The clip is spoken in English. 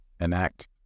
enact